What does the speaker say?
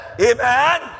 amen